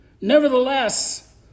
Nevertheless